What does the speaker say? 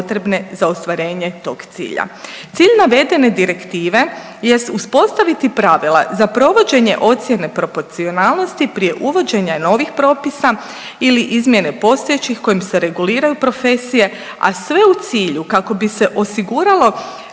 Cilj navedene direktive je uspostaviti pravila za provođenje ocjene proporcionalnosti prije uvođenja novih propisa ili izmjene postojećih kojim se reguliraju profesije, a sve u cilju kako bi se osiguralo